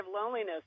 Loneliness